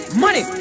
money